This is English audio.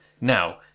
now